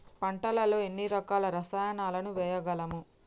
పంటలలో ఎన్ని రకాల రసాయనాలను వేయగలము?